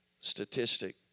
statistic